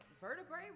vertebrae